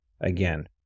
again